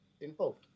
involved